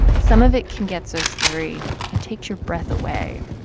some of it can get so scary it takes your breath away.